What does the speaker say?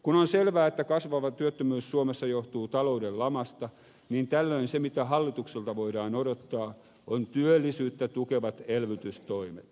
kun on selvää että kasvava työttömyys suomessa johtuu talouden lamasta niin tällöin se mitä hallitukselta voidaan odottaa on työllisyyttä tukevat elvytystoimet